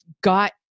got